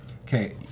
Okay